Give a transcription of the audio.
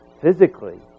physically